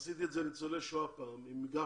אני עשיתי את זה לניצולי שואה פעם עם גפני.